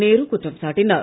நேரு குற்றம் சாட்டினார்